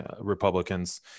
Republicans